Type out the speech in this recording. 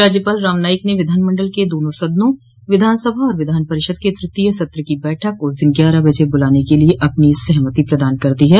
राज्यपाल राम नाईक ने विधानमंडल के दोनों सदनों विधानसभा और विधान परिषद के तृतीय सत्र की बैठक उस दिन ग्यारह बजे बुलाने के लिये अपनी सहमति प्रदान कर दी है